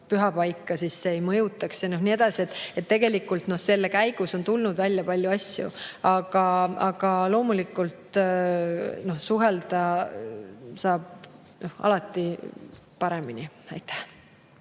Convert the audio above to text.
pühapaika ei mõjutataks. Ja nii edasi. Tegelikult on selle käigus tulnud välja palju asju. Aga loomulikult suhelda saab alati paremini. Aitäh!